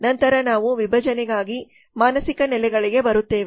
ನಂತರ ನಾವು ವಿಭಜನೆಗಾಗಿ ಮಾನಸಿಕ ನೆಲೆಗಳಿಗೆ ಬರುತ್ತೇವೆ